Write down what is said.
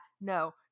no